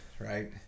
right